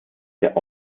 der